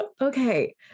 okay